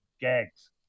gags